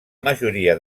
majoria